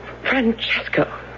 Francesco